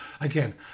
Again